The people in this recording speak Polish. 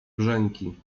brzęki